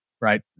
Right